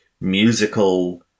musical